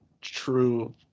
true